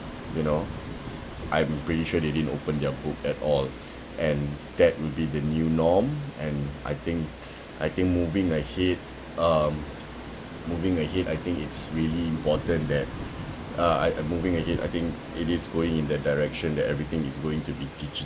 you know I'm pretty sure they didn't open their book at all and that would be the new norm and I think I think moving ahead um moving ahead I think it's really important that uh uh uh moving ahead I think it is going in that direction that everything is going to be digi~